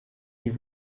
die